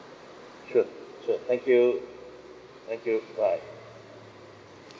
sure sure thank you thank you bye